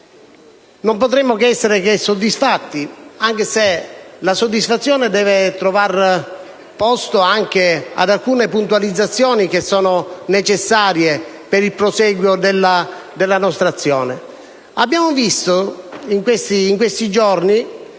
Non potremmo che essere che soddisfatti, anche se la soddisfazione deve lasciare posto anche ad alcune puntualizzazioni che si rendono necessarie per il prosieguo della nostra azione. In questi giorni